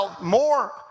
more